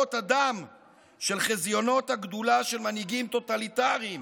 בנהרות הדם של חזיונות הגדולה של מנהיגים טוטליטריים